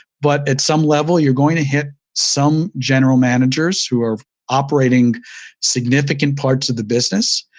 but, at some level, you're going to hit some general managers who are operating significant parts of the business.